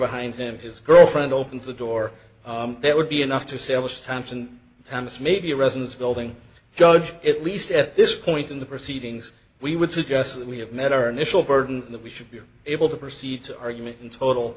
behind him his girlfriend opens the door that would be enough to say i wish thompson thomas maybe a residence building judge at least at this point in the proceedings we would suggest that we have met our initial burden that we should be able to proceed to argument in total